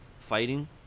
fighting